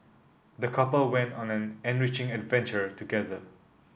the couple went on an enriching adventure together